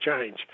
change